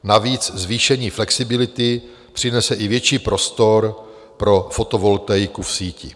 Navíc zvýšení flexibility přinese i větší prostor pro fotovoltaiku v síti.